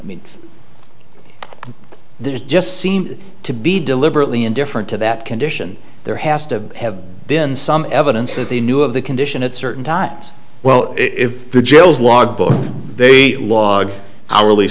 i mean there's just seem to be deliberately indifferent to that condition there has to have been some evidence that they knew of the condition at certain times well if the jails log book they log hourly